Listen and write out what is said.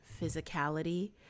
physicality